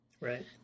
Right